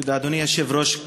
תודה, אדוני היושב-ראש.